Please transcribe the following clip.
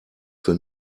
für